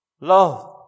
love